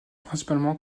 principalement